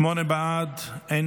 שמונה בעד, אין